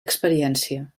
experiència